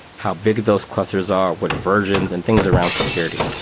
how big those clusters are, what versions and things around security.